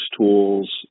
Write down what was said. tools